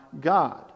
God